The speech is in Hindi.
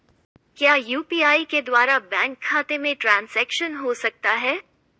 क्या यू.पी.आई के द्वारा बैंक खाते में ट्रैन्ज़ैक्शन हो सकता है?